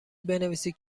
بنویسید